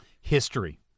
History